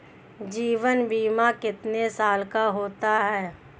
जीवन बीमा कितने साल का होता है?